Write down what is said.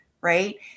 right